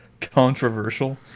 controversial